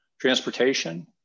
transportation